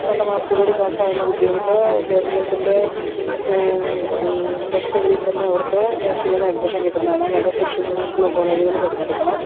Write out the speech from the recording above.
നല്ല മാർക്കോടു കൂടി പാസാവുന്ന കുട്ടികൾക്ക് ഗവൺമെൻ്റിൻ്റെ ടെസ്റ്റ് എഴുതി തന്നെ അവർക്ക് നേഴ്സിങ്ങിന് അഡ്മിഷൻ കിട്ടുന്നതാണ് നല്ല സുരക്ഷിതമായിട്ടുള്ള കോളേജുകൾ തിരഞ്ഞെടുക്കണം